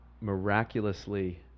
miraculously